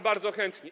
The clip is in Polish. Bardzo chętnie.